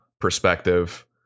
perspective